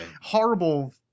horrible